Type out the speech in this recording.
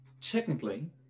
technically